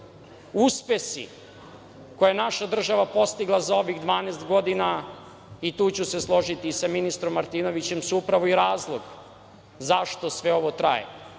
koje je naša država postigla za ovih 12 godina, i tu ću se složiti sa ministrom Martinovićem, su upravo i razlog zašto sve ovo traje. On